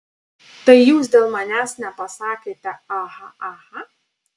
tai jūs dėl manęs nepasakėte aha aha